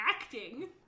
acting